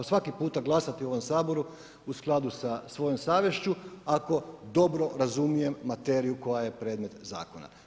Svaki puta glasati u ovom Saboru u skladu sa svojom savješću, ako dobro razumijem materiju koja je predmet zakona.